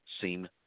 seem